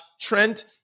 trent